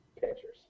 pictures